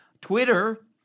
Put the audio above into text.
Twitter